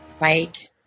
Right